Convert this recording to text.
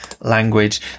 language